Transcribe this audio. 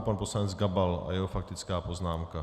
Pan poslanec Gabal a jeho faktická poznámka.